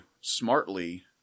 smartly